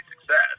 success